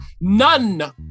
None